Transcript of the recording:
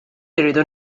irridu